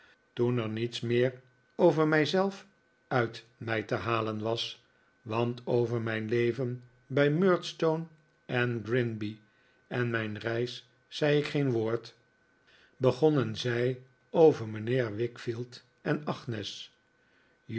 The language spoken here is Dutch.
toen er niets meer over mij zelf uit mij te halen was want over mijn leven bij murdstone en grinby en mijn reis zei ik geen woord begonnen zij over mijnheer wickfield en agnes